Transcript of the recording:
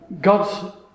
God's